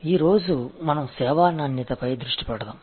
ఈ రోజు మనం సేవా నాణ్యతపై దృష్టి పెడదాం